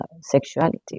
sexuality